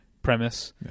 premise